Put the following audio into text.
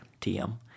TM